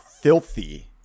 Filthy